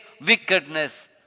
wickedness